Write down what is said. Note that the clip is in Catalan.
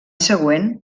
següent